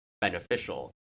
beneficial